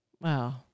Wow